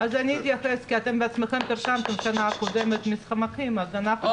אז אני אתייחס כי אתם בעצמכם פרסמתם בשנה הקודמת מסמכים אז למדנו אותם.